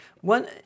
one